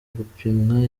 gupimwa